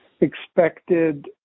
expected